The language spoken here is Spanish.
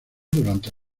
durante